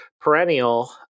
Perennial